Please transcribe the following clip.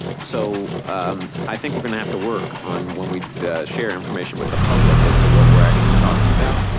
so i think we're going to have to work on when we share information with the public as to what we're actually talking about.